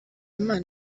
imana